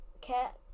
cat